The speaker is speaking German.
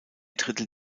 drittel